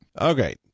Okay